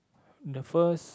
the first